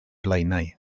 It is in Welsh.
blaenau